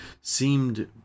seemed